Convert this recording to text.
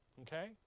Okay